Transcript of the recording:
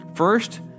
First